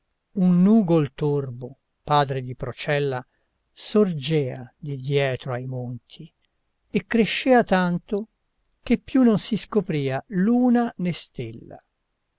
un nugol torbo padre di procella sorgea di dietro ai monti e crescea tanto che più non si scopria luna né stella